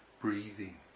breathing